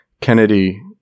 Kennedy